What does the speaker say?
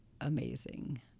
amazing